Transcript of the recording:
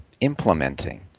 implementing